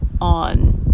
on